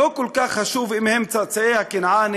לא כל כך חשוב אם הם צאצאי הכנענים,